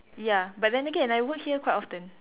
ya but then again I work here quite often